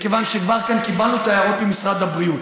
מכיוון שכבר קיבלנו את ההערות ממשרד הבריאות.